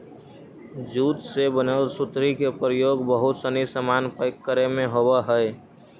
jute से बनल सुतरी के प्रयोग बहुत सनी सामान पैक करे में होवऽ हइ